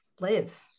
live